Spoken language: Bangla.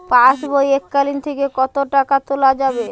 পাশবই এককালীন থেকে কত টাকা তোলা যাবে?